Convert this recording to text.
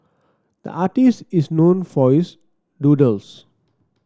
the artist is known for his doodles